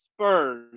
Spurs